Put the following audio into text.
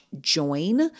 join